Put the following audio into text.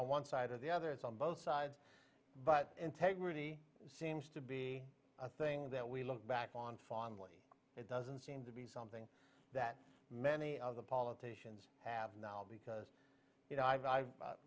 on one side or the other it's on both sides but integrity seems to be a thing that we look back on fondly it doesn't seem to be something that many of the politicians have now because you know i've